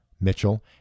Mitchell